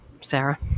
Sarah